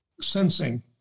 sensing